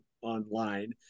online